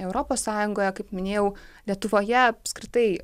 europos sąjungoje kaip minėjau lietuvoje apskritai